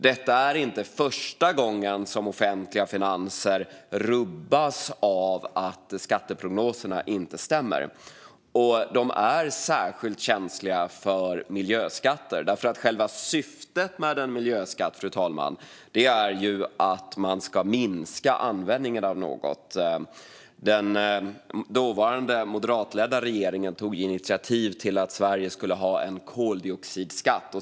Detta är inte första gången som offentliga finanser rubbas av att skatteprognoserna inte stämmer. De är särskilt känsliga för miljöskatter. Själva syftet med en miljöskatt är att man ska minska användningen av något. Den dåvarande moderatledda regeringen tog initiativ till att Sverige skulle ha en koldioxidskatt.